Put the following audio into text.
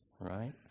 Right